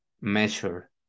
measure